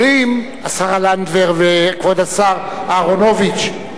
אומרים, השרה לנדבר וכבוד השר אהרונוביץ,